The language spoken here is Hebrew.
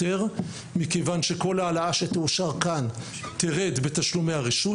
כיוון שכל העלאה שתאושר כאן תרד בתשלומי הרשות.